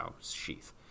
sheath